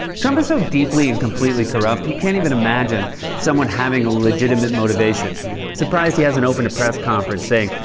trump is so deeply and completely corrupt, he can't even imagine someone having a legitimate motivation. i'm surprised he hasn't opened a press conference saying,